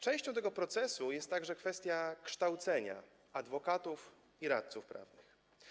Częścią tego procesu jest także kwestia kształcenia adwokatów i radców prawnych.